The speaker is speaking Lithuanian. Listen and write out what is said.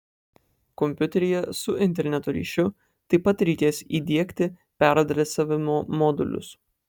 kompiuteryje su interneto ryšiu taip pat reikės įdiegti peradresavimo modulius